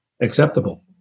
acceptable